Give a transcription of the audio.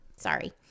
Sorry